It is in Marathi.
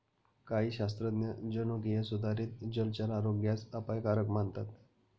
काही शास्त्रज्ञ जनुकीय सुधारित जलचर आरोग्यास अपायकारक मानतात